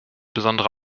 besondere